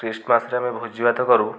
ଖ୍ରୀଷ୍ଟମାସରେ ଆମେ ଭୋଜିଭାତ କରୁ